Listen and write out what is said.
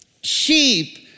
sheep